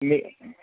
మీ